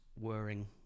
whirring